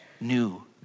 new